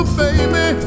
baby